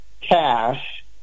cash